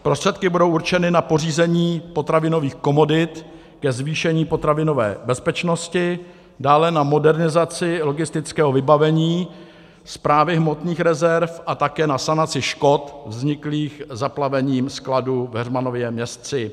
Prostředky budou určeny na pořízení potravinových komodit, ke zvýšení potravinové bezpečnosti, dále na modernizaci logistického vybavení Správy státních hmotných rezerv a také na sanaci škod vzniklých zaplavením skladu v Heřmanově Městci.